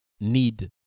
need